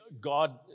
God